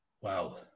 Wow